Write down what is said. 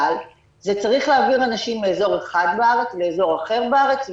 אבל זה צריך להעביר אנשים מאזור אחד בארץ לאזור אחר בארץ,